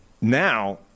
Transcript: Now